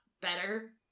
better